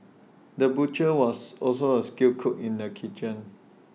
the butcher was also A skilled cook in the kitchen